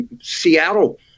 seattle